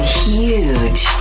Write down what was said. huge